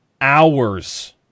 hours